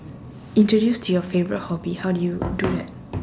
introduce to your favourite hobby how do you do that